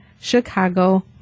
Chicago